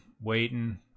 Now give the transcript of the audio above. waiting